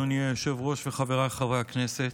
אדוני היושב-ראש וחבריי חברי הכנסת,